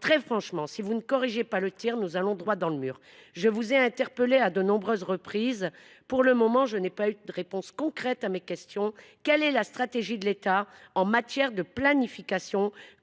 Très franchement, si vous ne corrigez pas le tir, nous allons droit dans le mur. Je vous ai interpellée à de nombreuses reprises. Pour le moment, je n’ai pas obtenu de réponse concrète à mes questions. Quelle est la stratégie de l’État en matière de planification ?